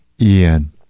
Ian